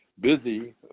busy